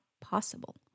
possible